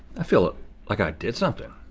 i feel like i did something.